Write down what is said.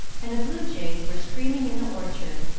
and the bluejays were screaming in the orchard,